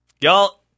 Y'all